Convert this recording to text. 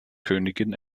königin